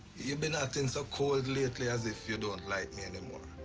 you been acting so cold lately as if you don't like me anymore.